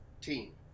Team